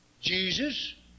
Jesus